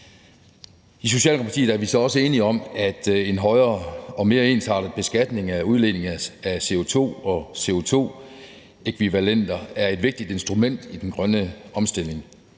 I Socialdemokratiet er vi så også enige om, at en højere og mere ensartet beskatning af udledning af CO2 og CO2-ækvivalenter er et vigtigt instrument i den grønne omstilling,